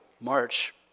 march